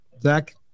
Zach